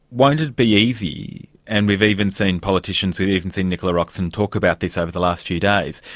won't it be easy, and we've even seen politicians, we've even seen nicola roxon talk about the sort of the last few days.